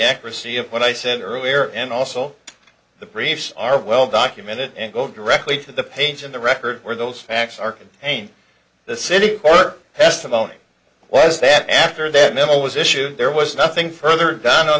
accuracy of what i said earlier and also the briefs are well documented and go directly to the page in the record where those facts are can paint the city or testimony was that after that memo was issued there was nothing further than on